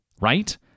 right